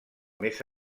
més